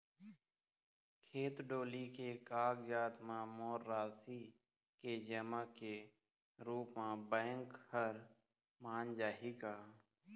खेत डोली के कागजात म मोर राशि के जमा के रूप म बैंक हर मान जाही का?